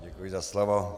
Děkuji za slovo.